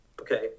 Okay